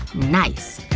nice!